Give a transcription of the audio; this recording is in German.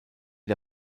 der